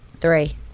three